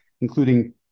including